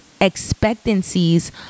Expectancies